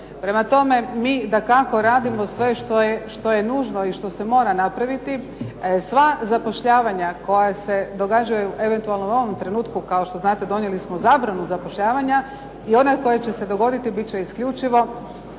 Prema tome, mi dakako radimo sve što je nužno i što se mora napraviti. Sva zapošljavanja koja se događaju eventualno u ovom trenutku, kao što znate donijeli smo zabranu zapošljavanja i ono koje će se dogoditi bit će isključivo